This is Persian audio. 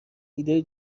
ایده